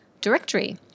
directory